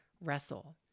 wrestle